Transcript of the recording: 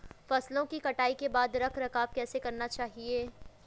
फसलों की कटाई के बाद रख रखाव कैसे करना चाहिये?